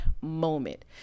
moment